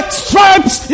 stripes